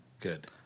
Good